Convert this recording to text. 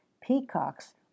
peacocks